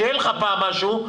שיהיה לך פעם משהו,